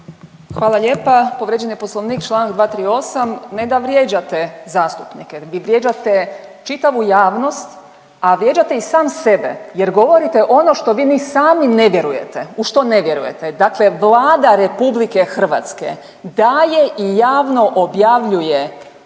Hvala lijepa. Povrijeđen je Poslovnik, Članak 238., ne da vrijeđate zastupnike, vi vrijeđate čitavu javnost, a vrijeđate i sam sebe jer govorite ono što vi ni sami ne vjerujete, u što ne vjerujete. Dakle, Vlada RH daje i javno objavljuje,